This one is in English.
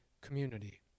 community